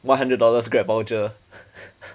one hundred dollars Grab voucher